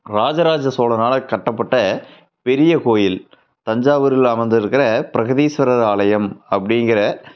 ராஜராஜ சோழனால் கட்டப்பட்ட பெரிய கோயில் தஞ்சாவூரில் அமைத்திருக்கிற பிரகதீஸ்வரர் ஆலயம் அப்படிங்குற